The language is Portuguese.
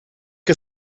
que